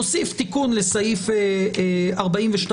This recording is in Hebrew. נוסיף תיקון לסעיף 42ב(ב),